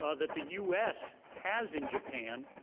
ah that the us has in japan.